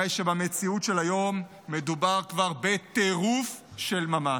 הרי שבמציאות של היום מדובר כבר בטירוף של ממש.